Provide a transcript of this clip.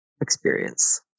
experience